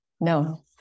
No